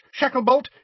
Shacklebolt